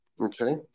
Okay